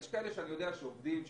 יש כאלה שאני יודע שהם עובדים,